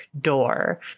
door